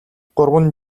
гурван